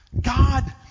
God